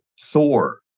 Thor